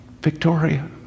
Victoria